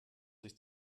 sich